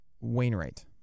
Wainwright